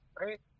right